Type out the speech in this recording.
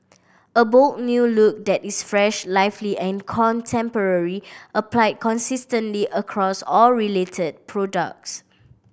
a bold new look that is fresh lively and contemporary applied consistently across all related products